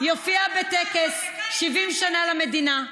שנים יופיעו בטקס המשואות נשיא המדינה,